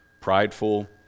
prideful